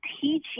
teaching